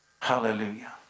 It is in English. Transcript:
Hallelujah